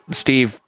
Steve